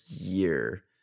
year